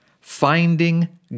Finding